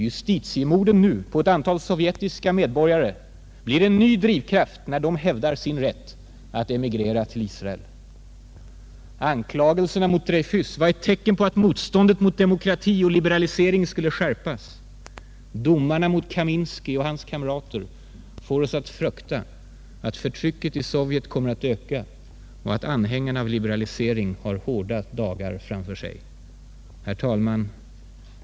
Justitiemorden nu på ett antal sovjetiska medborgare blir en ny drivkraft när judarna hävdar sin rätt att emigrera till Israel. Anklagelserna mot Dreyfus var ett tecken på att motståndet mot demokrati och liberalisering skulle skärpas. Domarna mot Kaminsky och hans kamrater får oss att frukta att förtrycket i Sovjet kommer att öka och att anhängarna av liberalisering har hårda dagar framför sig.